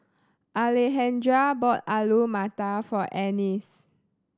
Alejandra bought Alu Matar for Ennis